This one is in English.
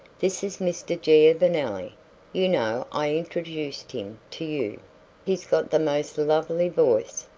this is mr. giovanelli you know i introduced him to you he's got the most lovely voice,